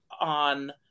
on